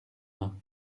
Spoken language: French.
mains